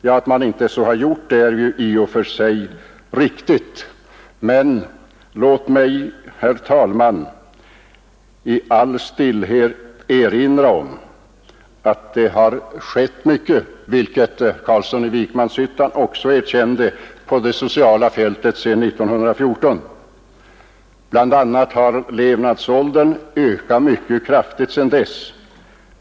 Att så inte har gjorts är i och för sig riktigt, men låt mig, herr talman, helt stillsamt erinra om att det på det sociala fältet har skett mycket sedan 1914, vilket herr Carlsson i Vikmanshyttan också erkände. Bl.a. har levnadsåldern ökat mycket kraftigt sedan dess.